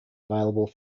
available